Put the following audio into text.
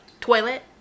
Toilet